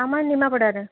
ଆମର ନିମାପଡ଼ାରେ